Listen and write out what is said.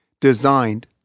designed